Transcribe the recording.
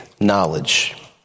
knowledge